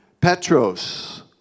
petros